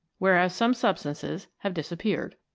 whereas some substances have disappeared.